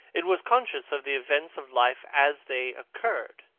it was conscious of the events of life as they occurred.